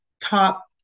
top